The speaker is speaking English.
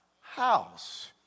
house